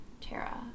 Tara